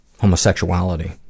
homosexuality